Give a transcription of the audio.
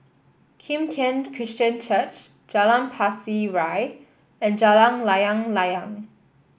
Kim Tian Christian Church Jalan Pasir Ria and Jalan Layang Layang